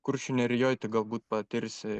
kuršių nerijoj tu galbūt patirsi